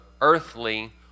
earthly